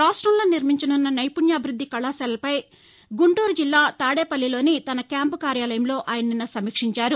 రాష్ట్రంలో నిర్మించనున్న నైపుణ్యాభివృద్ధి కళాశాలపై గుంటూరు జిల్లా తాడేపల్లిలోని తన క్యాంపు కార్యాలయంలో ఆయన నిన్న సమీక్షించారు